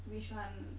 which one